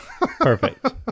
perfect